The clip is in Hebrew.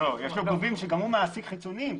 --- מעסיק חיצוניים,